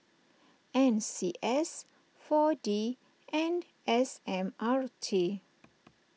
N C S four D and S M R T